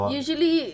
usually